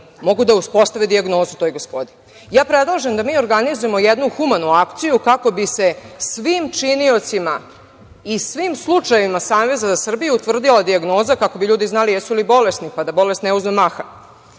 mogu da uspostave dijagnozu toj gospodi. Ja predlažem da mi organizujemo jednu humanu akciju, kako bi se svim činiocima i svim slučajevima Saveza za Srbiju utvrdila dijagnoza, kako bi ljudi znali jesu li bolesni, pa da bolest ne uzme